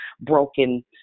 broken